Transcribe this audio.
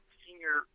senior